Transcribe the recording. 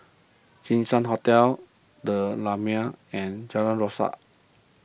Jinshan Hotel the Lumiere and Jalan Rasok